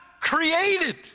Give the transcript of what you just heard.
created